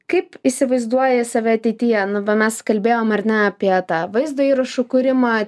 kaip įsivaizduoji save ateityje nu va mes kalbėjom ar ne apie tą vaizdo įrašų kūrimą